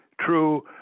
true